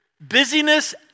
busyness